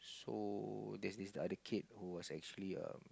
so there's this the other kid who was actually um